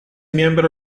miembro